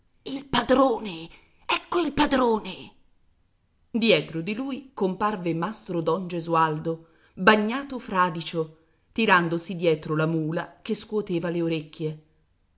il padrone ecco il padrone dietro di lui comparve mastro don gesualdo bagnato fradicio tirandosi dietro la mula che scuoteva le orecchie